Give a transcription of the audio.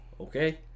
okay